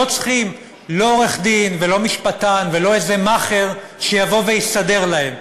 לא צריכים לא עורך-דין ולא משפטן ולא איזה מאכער שיבוא ויסדר להם,